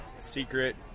secret